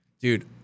Dude